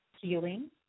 Healing